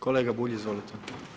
Kolega Bulj, izvolite.